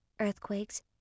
earthquakes